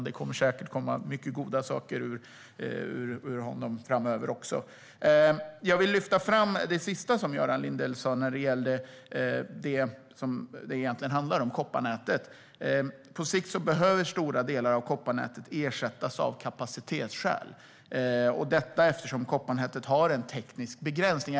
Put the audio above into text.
Det kommer säkert att komma mycket goda saker från honom också framöver. Jag vill lyfta fram det sista som Göran Lindell sa när det gäller vad det egentligen handlar om, nämligen kopparnätet. På sikt behöver stora delar av kopparnätet ersättas av kapacitetsskäl, eftersom det har en teknisk begränsning.